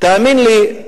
תאמין לי,